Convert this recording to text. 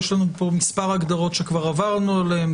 יש לנו פה מספר הגדרות שכבר עברנו עליהן,